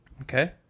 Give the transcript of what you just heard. Okay